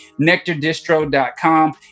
Nectardistro.com